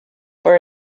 for